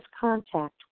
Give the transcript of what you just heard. contact